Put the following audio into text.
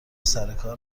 سرکار